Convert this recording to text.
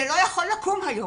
הוא לא יכול לקום היום,